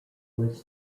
was